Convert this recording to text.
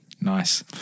Nice